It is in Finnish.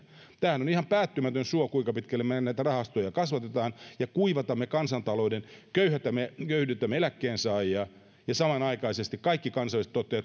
tämähän on ihan päättymätön suo kuinka pitkälle me näitä rahastoja kasvatamme ja kuivatamme kansantalouden köyhdytämme köyhdytämme eläkkeensaajia ja samanaikaisesti kaikki kansainvälisesti toteavat että